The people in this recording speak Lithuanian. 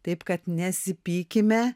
taip kad nesipykime